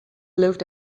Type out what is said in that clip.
laughed